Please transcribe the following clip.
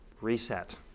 reset